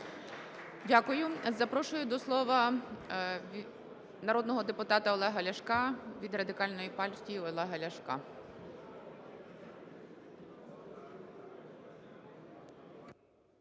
Дякую. Запрошую до слова народного депутата Олега Ляшка від Радикальної партії Олега Ляшка.